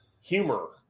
humor